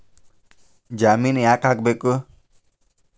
ಜಾಮಿನ್ ಯಾಕ್ ಆಗ್ಬೇಕು?